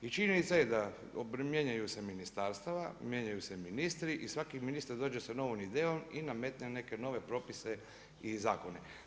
I činjenica je da mijenjaju se ministarstva, mijenjaju se ministri i svaki ministar dođe sa novom idejom i nametne neke nove propise i zakone.